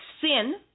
sin